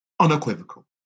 Unequivocal